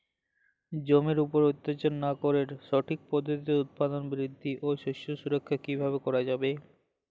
জমির উপর অত্যাচার না করে সঠিক পদ্ধতিতে উৎপাদন বৃদ্ধি ও শস্য সুরক্ষা কীভাবে করা যাবে?